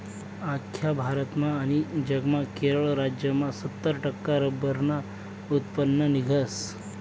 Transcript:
आख्खा भारतमा आनी जगमा केरळ राज्यमा सत्तर टक्का रब्बरनं उत्पन्न निंघस